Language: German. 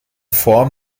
form